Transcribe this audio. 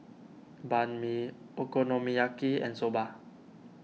Banh Mi Okonomiyaki and Soba